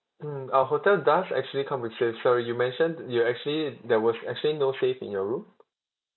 mm our hotel does actually come with safes sorry you mentioned you actually there was actually no safe in your room